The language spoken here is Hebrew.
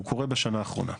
הוא קורה בשנה האחרונה.